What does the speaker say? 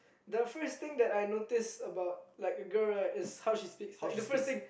the first thing that I notice about like a girl right is how she speaks like the first thing